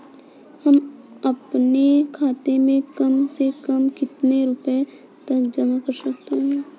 हम अपने खाते में कम से कम कितने रुपये तक जमा कर सकते हैं?